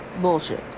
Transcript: bullshit